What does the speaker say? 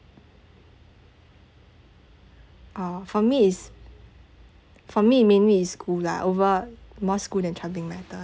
oh for me it's for me mainly it's school lah over more school than troubling matter